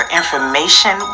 information